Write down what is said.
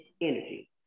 energy